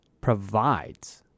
provides